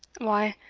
why,